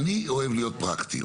אני אוהב להיות פרקטי,